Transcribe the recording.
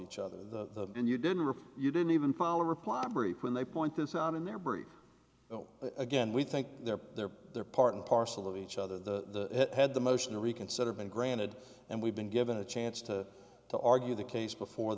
each other the and you didn't rip you didn't even file a reply brief when they point this out in their brief again we think they're there they're part and parcel of each other the had the motion to reconsider been granted and we've been given a chance to to argue the case before